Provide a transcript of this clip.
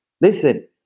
listen